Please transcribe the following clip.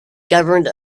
governed